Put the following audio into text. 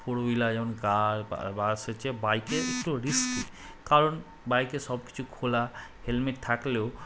four wheeler যেমন car bus আছে তো বাইকে একটু রিস্কি কারণ বাইকে সব কিছু খোলা হেলমেট থাকলেও